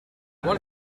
what